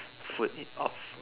food of